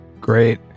Great